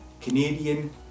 Canadian